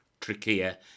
trachea